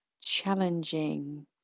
challenging